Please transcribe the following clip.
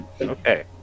Okay